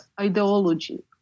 ideology